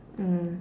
mm